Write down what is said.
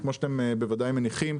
כמו שאתם וודאי מניחים,